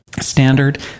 standard